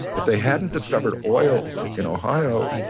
if they hadn't discovered oil in ohio,